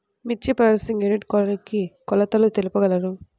మిర్చి processing unit కి కొలతలు తెలుపగలరు?